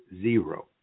zero